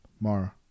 Mara